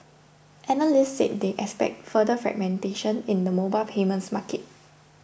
analysts said they expect further fragmentation in the mobile payments market